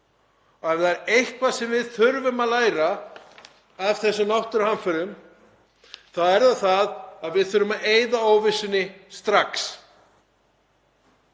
Ef það er eitthvað sem við þurfum að læra af þessum náttúruhamförum þá er það að við þurfum að eyða óvissunni strax.